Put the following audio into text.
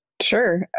Sure